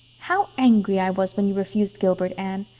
how angry i was when you refused gilbert, anne.